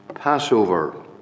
passover